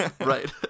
Right